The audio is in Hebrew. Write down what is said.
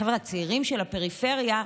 החבר'ה הצעירים של הפריפריה,